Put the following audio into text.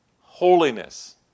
holiness